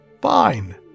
Fine